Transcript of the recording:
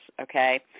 okay